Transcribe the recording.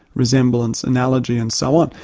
resemblance, analogy and so on.